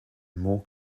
more